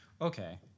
Okay